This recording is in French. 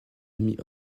amis